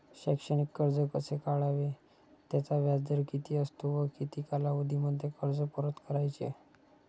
शैक्षणिक कर्ज कसे काढावे? त्याचा व्याजदर किती असतो व किती कालावधीमध्ये कर्ज परत करायचे?